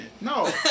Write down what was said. No